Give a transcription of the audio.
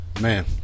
Man